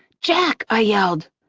jack! i yelled.